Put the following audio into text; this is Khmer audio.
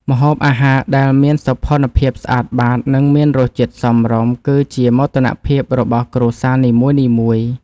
ម្ហូបអាហារដែលមានសោភ័ណភាពស្អាតបាត និងមានរសជាតិសមរម្យ គឺជាមោទនភាពរបស់គ្រួសារនីមួយៗ។